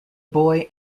boy